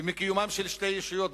ומקיומן של שתי ישויות,